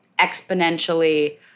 exponentially